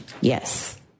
Yes